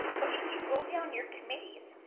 but if you go down your committees,